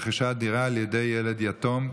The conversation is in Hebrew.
רכישת דירה על ידי ילד יתום),